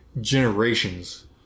generations